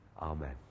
Amen